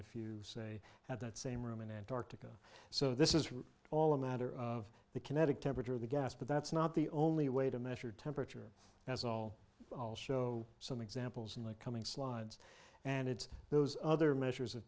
if you say at that same room in antarctica so this is all a matter of the kinetic temperature of the gas but that's not the only way to measure temperature that's all i'll show some examples in the coming slides and it's those other measures of